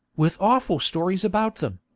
with awful stories about them,